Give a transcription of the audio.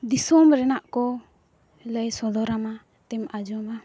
ᱫᱤᱥᱚᱢ ᱨᱮᱱᱟᱜ ᱠᱚ ᱞᱟᱹᱭ ᱥᱚᱫᱚᱨᱟᱢᱟ ᱛᱮᱢ ᱟᱸᱡᱚᱢᱟ